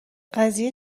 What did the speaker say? قضیه